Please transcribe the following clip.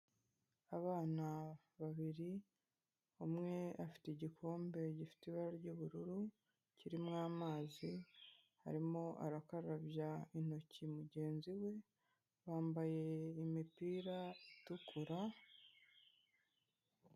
Abana babiri, umwe afite igikombe gifite ibara ry'ubururu kiririmo amazi, arimo arakarabya intoki mugenzi we, bambaye imipira itukura.